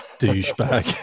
douchebag